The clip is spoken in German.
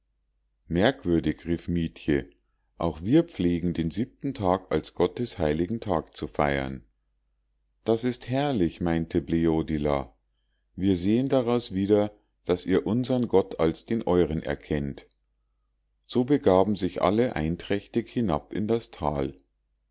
merkwürdig rief mietje auch wir pflegen den siebten tag als gottes heiligen tag zu feiern das ist herrlich meinte bleodila und wir sehen daraus wieder daß ihr unsern gott als den euren erkennt so begaben sich alle einträchtig hinab in das tal